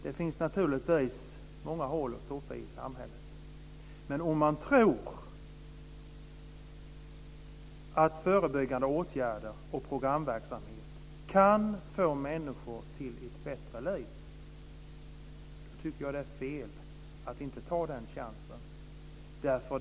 Det finns naturligtvis många hål att stoppa i samhället, men om man tror att förebyggande åtgärder och programverksamhet kan hjälpa människor till ett bättre liv, tycker jag att det är fel att inte ta den chansen.